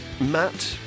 Matt